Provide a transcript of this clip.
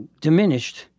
diminished